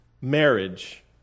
marriage